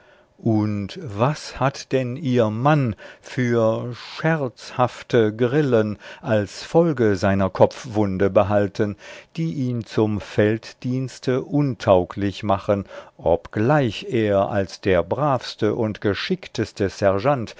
und was hat denn ihr mann für scherzhafte grillen als folge seiner kopfwunde behalten die ihn zum felddienste untauglich machen obgleich er als der bravste und geschickteste